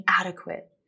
inadequate